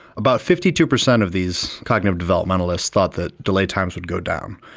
about fifty two percent of these cognitive developmentalists thought that delay times would go down,